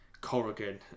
Corrigan